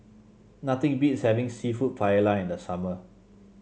nothing beats having seafood Paella in the summer